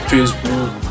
Facebook